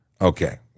Okay